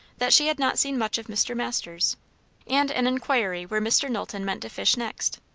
that she had not seen much of mr. masters and an inquiry where mr. knowlton meant to fish next.